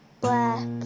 black